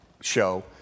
show